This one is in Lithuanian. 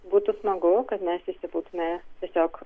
būtų smagu kad mes visi būtume tiesiog